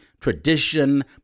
tradition